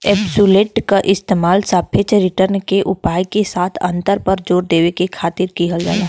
absolute क इस्तेमाल सापेक्ष रिटर्न के उपाय के साथ अंतर पर जोर देवे खातिर किहल जाला